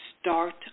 start